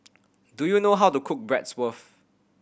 do you know how to cook Bratwurst